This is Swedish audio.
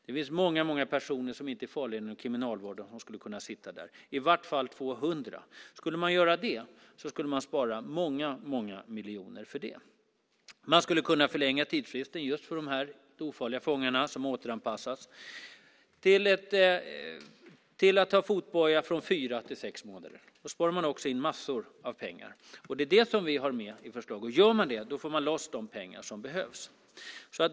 Det finns många, många personer inom Kriminalvården som inte är farliga och som skulle kunna sitta där - i varje fall 200. Om man skulle göra så skulle man spara många miljoner. Man skulle kunna förlänga tidsfristen för de här ofarliga fångarna som återanpassas till att ha fotboja från fyra till sex månader. Då sparar man också in massor av pengar. Det är det som vi har med i förslagen. Om man gör så får man loss de pengar som behövs.